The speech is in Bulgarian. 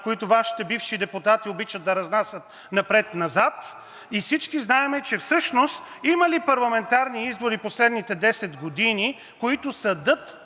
които Вашите бивши депутати обичат да разнасят напред-назад. Всички знаем, че всъщност има ли парламентарни избори в последните 10 години, за които съдът